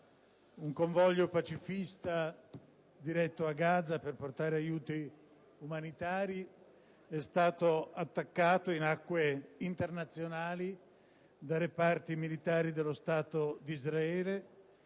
un convoglio pacifista, diretto a Gaza per portare aiuti umanitari, è stato attaccato in acque internazionali da reparti militari dello Stato di Israele: